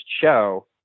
show